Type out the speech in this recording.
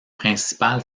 principal